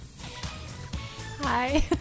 Hi